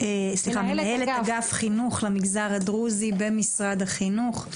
מנהלת אגף חינוך למגזר הדרוזי במשרד החינוך.